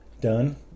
done